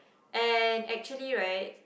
and actually right